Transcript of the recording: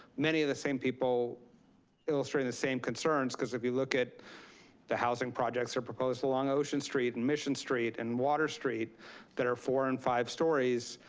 many of the same people illustrating the same concerns. cause if you look at the housing projects that are proposed along ocean street and mission street and water street that are four and five stories,